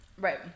Right